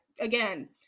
again